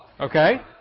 okay